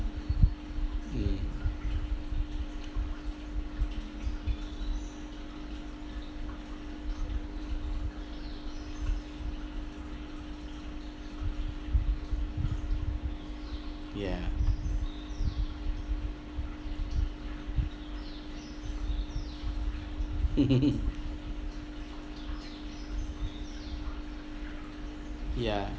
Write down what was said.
mm ya ya